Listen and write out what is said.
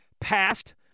passed